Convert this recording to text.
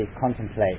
contemplate